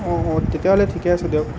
অঁ অঁ তেতিয়া হ'লে ঠিকে আছে দিয়ক